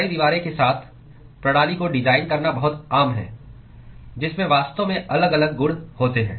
कई दीवारों के साथ प्रणाली को डिजाइन करना बहुत आम है जिसमें वास्तव में अलग अलग गुण होते हैं